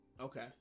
Okay